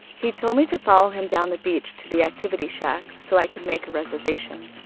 he told me to follow him down the beach to the activity shack so i could make a reservation.